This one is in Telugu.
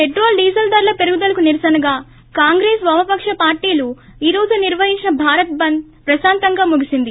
పెట్రోల్ డిజిల్ ధరల పెరుగుదలకు నిరసనగా కాంగ్రెస్ వామపక్ష పార్టీలు ఈ రోజు నిర్వహించిన భారత్ బంద్ ప్రశాంతంగా ముగిసింది